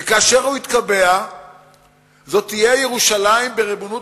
וכאשר הוא יתקבע זו תהיה ירושלים בריבונות